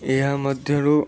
ଏହା ମଧ୍ୟରୁ